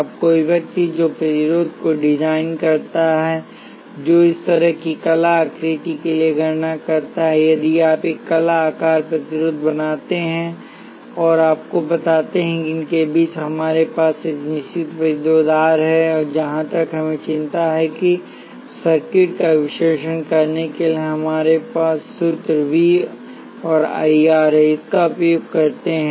अब कोई व्यक्ति जो प्रतिरोधक को डिजाइन करता है जो इस तरह की कला आकृति के लिए गणना करता है यदि आप एक कला आकार प्रतिरोध बनाते हैं और आपको बताते हैं कि इनके बीच हमारे पास एक निश्चित प्रतिरोध आर है और जहां तक हमें चिंता है हम सर्किट का विश्लेषण करने के लिए हमारे सूत्र वी बराबर आईआर में इसका उपयोग करते हैं